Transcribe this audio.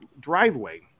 driveway